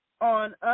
on